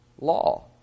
law